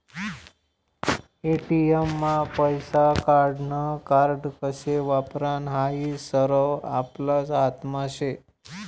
ATM मा पैसा काढानं कार्ड कशे वापरानं हायी सरवं आपलाच हातमा शे